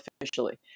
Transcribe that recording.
officially